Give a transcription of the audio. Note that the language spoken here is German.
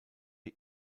die